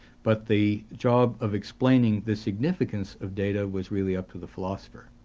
but the job of explaining the significance of data was really up to the philosopher,